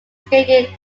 stated